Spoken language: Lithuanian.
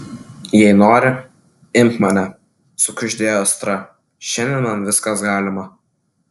jei nori imk mane sukuždėjo astra šiandien man viskas galima